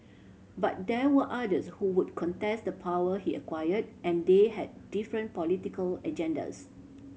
but there were others who would contest the power he acquired and they had different political agendas